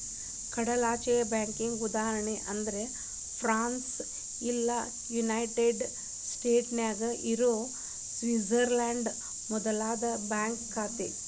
ಕಡಲಾಚೆಯ ಬ್ಯಾಂಕಿಗಿ ಉದಾಹರಣಿ ಅಂದ್ರ ಫ್ರಾನ್ಸ್ ಇಲ್ಲಾ ಯುನೈಟೆಡ್ ಸ್ಟೇಟ್ನ್ಯಾಗ್ ಇರೊ ಸ್ವಿಟ್ಜರ್ಲ್ಯಾಂಡ್ ಮೂಲದ್ ಬ್ಯಾಂಕ್ ಶಾಖೆ